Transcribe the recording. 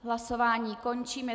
Hlasování končím.